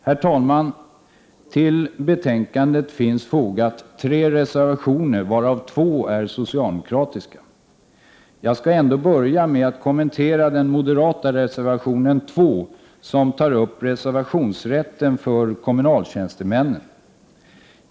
Herr talman! Till betänkandet finns fogat tre reservationer, varav två är socialdemokratiska. Jag skall ändå börja med att kommentera den moderata reservationen 2, som tar upp reservationsrätten för kommunaltjänstemännen.